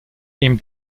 ihm